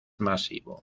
masivo